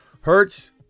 Hertz